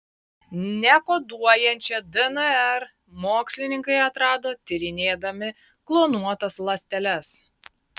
nekoduojančią dnr mokslininkai atrado tyrinėdami klonuotas ląsteles